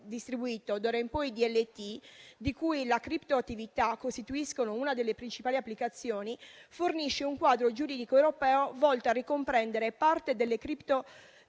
distribuito, di cui le criptoattività costituiscono una delle principali applicazioni, fornisce un quadro giuridico europeo volto a ricomprendere parte delle